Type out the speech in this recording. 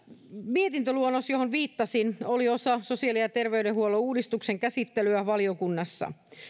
mietintöluonnos johon viittasin oli osa sosiaali ja terveydenhuollon uudistuksen käsittelyä valiokunnassa